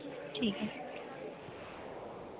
ठीक ऐ